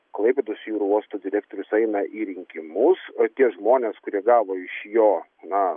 klaipėdos jūrų uosto direktorius eina į rinkimus o tie žmonės kurie gavo iš jo na